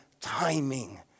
timing